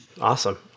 Awesome